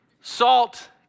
salt